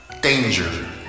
Danger